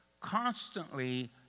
constantly